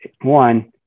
one